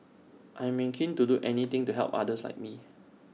I'm keen to do anything to help others like me